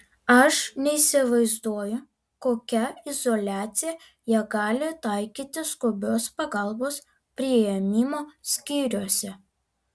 aš neįsivaizduoju kokią izoliaciją jie gali taikyti skubios pagalbos priėmimo skyriuose